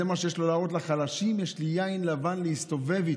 זה מה שיש לו להראות לחלשים: יש לי יין לבן להסתובב איתו.